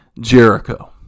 Jericho